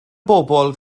bobl